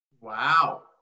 Wow